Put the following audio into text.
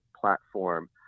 platform